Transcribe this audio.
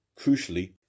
Crucially